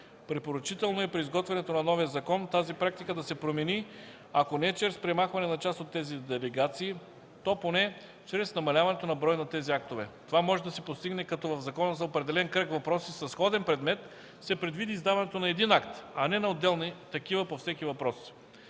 Препоръчително е при изготвянето на новия закон тази практика да се промени, ако не чрез премахване на част от тези делегации, то поне чрез намаляването на броя на тези актове. Това може да се постигне като в закона за определен кръг въпроси със сходен предмет се предвиди издаването на един акт, а не на отделни такива по всеки въпрос.